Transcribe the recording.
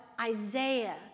Isaiah